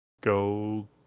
go